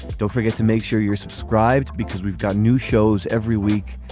don't forget to make sure you're subscribed because we've got new shows every week.